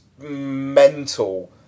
mental